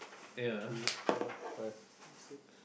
two three four five six